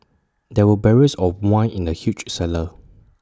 there were barrels of wine in the huge cellar